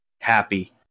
happy